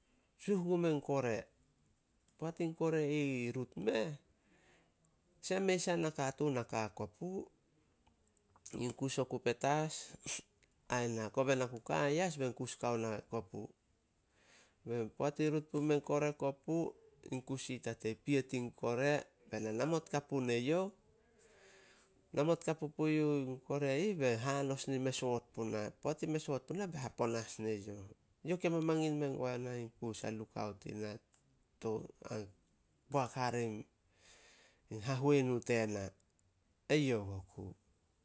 suh gume kore. Poat in kore i rut meh, mei sai na katuun ka ka ai kopu. In kus oku petas ai na, kobe na ku ka ai yas bein kus kao na kopu. Poat i rut pumein kore kopu, in kus i tatei piet in kore be na namot kapu ne youh. Namot kapu puin kore ih, be hanos na me soot puna. Poat i me soot puna, be haponas ne youh. Youh ke mamangin men guana kus a lukaut ina. Boak hare in hahunu tena. Eyouh oku.